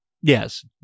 Yes